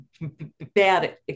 bad